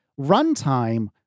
runtime